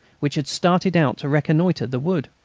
which had started out to reconnoitre the wood.